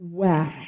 wow